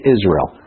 Israel